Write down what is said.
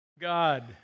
God